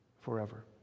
forever